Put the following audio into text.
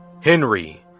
Henry